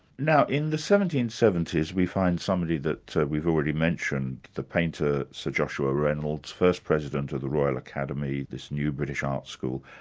now in the seventeen seventy s we find somebody that we've already mentioned, the painter sir joshua reynolds, first president of the royal academy, this new british art school,